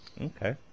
Okay